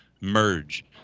merge